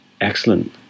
excellent